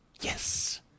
Yes